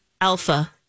alpha